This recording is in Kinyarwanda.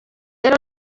rero